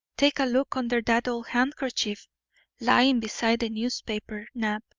take a look under that old handkerchief lying beside the newspaper, knapp.